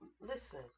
listen